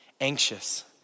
anxious